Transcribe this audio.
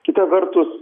kita vertus